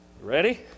Ready